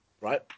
Right